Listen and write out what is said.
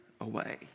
away